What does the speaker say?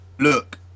Look